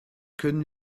können